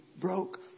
broke